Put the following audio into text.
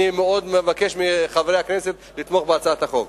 אני מאוד מבקש מחברי הכנסת לתמוך בהצעת החוק.